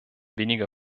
weniger